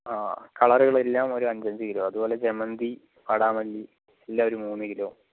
ആ കളറുകൾ എല്ലാം ഒരു അഞ്ച് അഞ്ച് കിലോ അതുപോലെ ജമന്തി വാടാമല്ലി എല്ലാം ഒരു മൂന്ന് കിലോ